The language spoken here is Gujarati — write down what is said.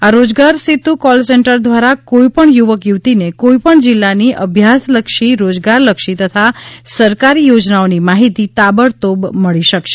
આ રોજગાર સેતુ કોલ સેન્ટર દ્વારા કોઈપણ યુવક યુવતીને કોઇપણ જિલ્લાની અભ્યાસલક્ષી રોજગારલક્ષી તથા સરકારી યોજનાઓની માહિતી તાબડતોબ મળી શકશે